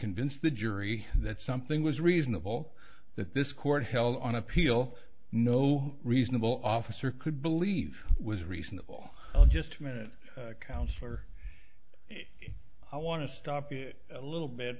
convince the jury that something was reasonable that this court held on appeal no reasonable officer could believe was reasonable well just a minute counselor i want to stop a little bit